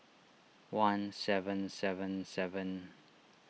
one seven seven seven